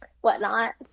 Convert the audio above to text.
whatnot